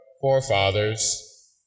forefathers